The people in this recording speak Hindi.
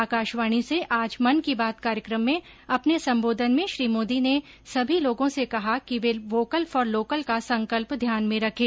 आकाशवाणी से आज मन की बात कार्यक्रम में अपने सम्बोधन में श्री मोदी ने सभी लोगों से कहा कि वे वोकल फॉर लोकल का संकल्प ध्यान में रखें